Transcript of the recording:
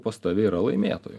pas tave yra laimėtojų